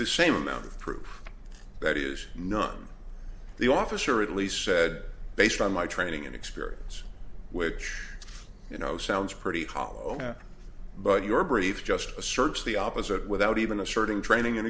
the same amount of proof that is not the officer at least said based on my training and experience which you know sounds pretty hollow but your brief just asserts the opposite without even asserting training and